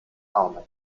armen